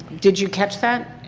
did you catch that?